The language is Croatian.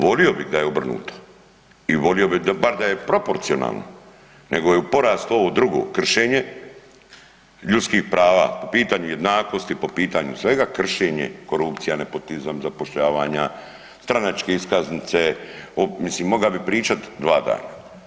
Volio bih da je obrnuto i volio bi bar da je proporcionalno nego je u porastu ovo drugo kršenje ljudskih prava, po pitanju jednakosti, po pitanju svega kršenje, korupcija, nepotizam, zapošljavanja, stranačke iskaznice mislim mogao bi pričat dva dana.